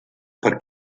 per